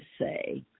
say